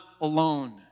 alone